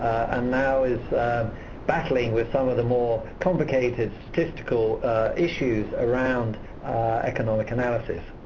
ah now is battling with some of the more complicated statistical issues around economic analysis.